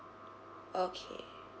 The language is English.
okay